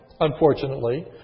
unfortunately